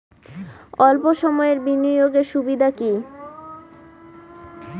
অল্প সময়ের বিনিয়োগ এর সুবিধা কি?